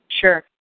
Sure